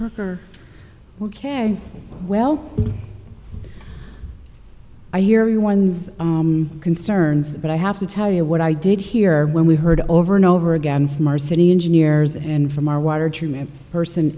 parker ok well i hear you ones concerns but i have to tell you what i did hear when we heard over and over again from our city engineers and from our water